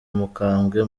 umukambwe